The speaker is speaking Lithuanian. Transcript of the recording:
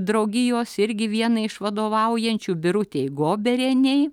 draugijos irgi vienai iš vadovaujančių birutei goberienei